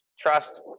trust